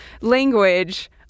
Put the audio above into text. language